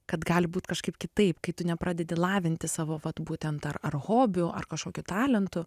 kad gali būt kažkaip kitaip kai tu nepradedi lavinti savo vat būtent ar ar hobių ar kažkokių talentų